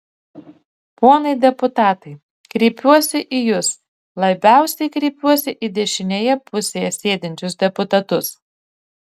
ponai deputatai kreipiuosi į jus labiausiai kreipiuosi į dešinėje pusėje sėdinčius deputatus